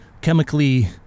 chemically